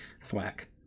Thwack